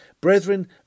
Brethren